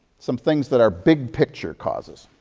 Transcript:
some things that are big picture causes.